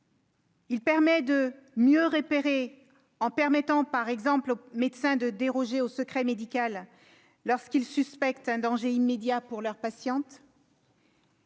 sanctionner. Mieux repérer, en permettant, par exemple, aux médecins de déroger au secret médical lorsqu'ils suspectent un danger immédiat pour leur patiente.